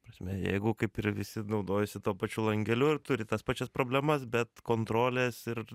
prasme jeigu kaip ir visi naudojasi tuo pačiu langeliu ir turi tas pačias problemas bet kontrolės ir